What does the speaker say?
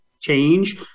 change